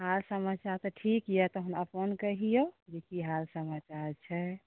हाल समाचार तऽ ठीक यऽ तहन अपन कहियौ जे की हाल समाचार छै